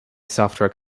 software